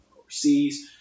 overseas